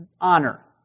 honor